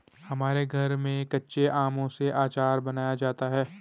हमारे घर में कच्चे आमों से आचार बनाया जाता है